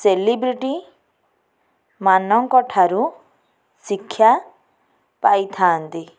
celebrity ମାନଙ୍କ ଠାରୁ ଶିକ୍ଷ୍ୟା ପାଇଥାଆନ୍ତି